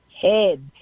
head